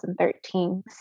2013